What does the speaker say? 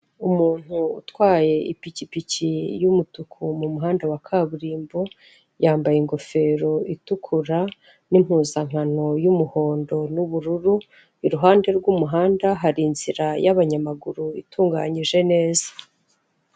Umuntu utwaye ipikipiki y'umutuku mu muhanda wa kaburimbo, yambaye ingofero itukura n'impuzankano y'umuhondo n'ubururu, iruhande rw'umuhanda hari inzira y'abanyamaguru itunganyije neza.